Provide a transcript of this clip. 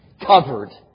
covered